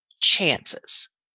chances